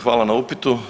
Hvala na upitu.